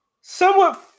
somewhat